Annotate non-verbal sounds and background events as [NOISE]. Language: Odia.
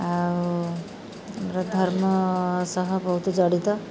ଆଉ [UNINTELLIGIBLE] ଧର୍ମ ସହ ବହୁତ ଜଡ଼ିତ